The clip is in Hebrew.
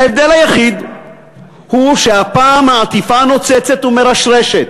ההבדל היחיד הוא שהפעם העטיפה נוצצת ומרשרשת,